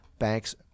Banks